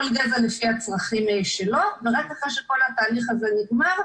כל גזע לפי הצרכים שלו ורק אחרי שכל התהליך הזה נגמר,